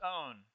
own